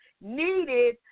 needed